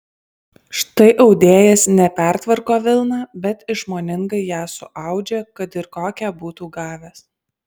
štai audėjas ne pertvarko vilną bet išmoningai ją suaudžia kad ir kokią būtų gavęs